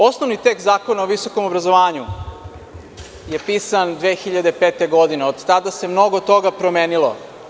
Osnovni tekst Zakona o visokom obrazovanju je pisan 2005. godine a od tada se mnogo toga promenilo.